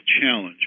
challenge